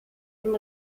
dem